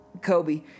Kobe